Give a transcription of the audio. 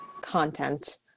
content